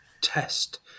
test